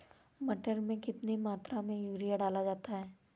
मटर में कितनी मात्रा में यूरिया डाला जाता है?